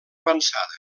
avançada